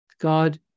God